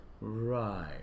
Right